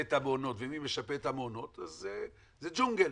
את המעונות ומי משפה את המעונות אז זה ג'ונגל,